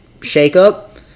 shake-up